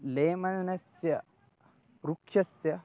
लेमनस्य वृक्षस्य